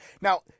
Now